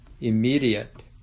immediate